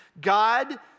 God